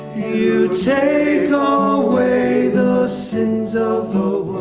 you take away the sins of